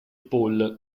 paul